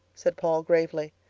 said paul gravely.